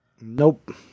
Nope